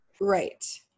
right